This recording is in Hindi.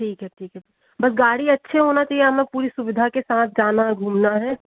ठीक है ठीक है बस गाड़ी अच्छे होना चाहिए हमें पूरी सुविधा के साथ जाना और घूमना है